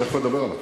תיכף נדבר עליו.